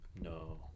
No